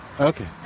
Okay